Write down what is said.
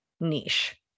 niche